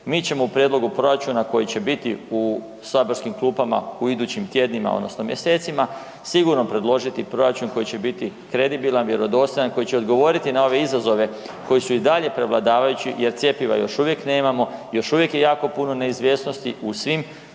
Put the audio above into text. mi ćemo u prijedlogu proračuna koji će biti u saborskim klupama u idućim tjednima odnosno mjesecima, sigurno predložiti proračun koji će biti kredibilan, vjerodostojan, koji će odgovoriti na ove izazove koji su i dalje prevladavajući jer cjepiva još uvijek nemamo, još uvijek je jako puno neizvjesnosti u svim